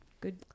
good